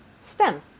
stem